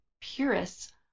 purists